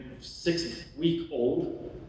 six-week-old